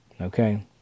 Okay